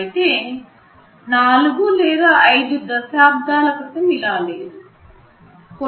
అయితే 4 లేదా 5 దశాబ్దాల క్రితం ఇలాంటి సందర్భాలు లేవు